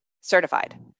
certified